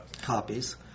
copies